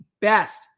best